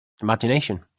imagination